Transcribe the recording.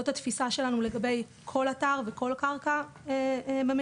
זאת התפיסה שלנו לגבי כל אתר וכל קרקע במדינה,